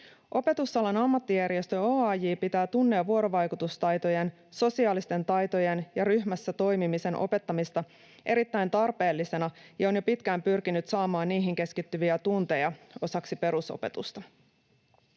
Opetusalan Ammattijärjestö OAJ pitää tunne‑ ja vuorovaikutustaitojen, sosiaalisten taitojen ja ryhmässä toimimisen opettamista erittäin tarpeellisena ja on jo pitkään pyrkinyt saamaan niihin keskittyviä tunteja osaksi perusopetusta.